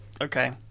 Okay